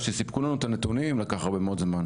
עד שסיפקו לנו את הנתונים לקח הרבה מאוד זמן.